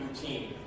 routine